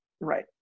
Right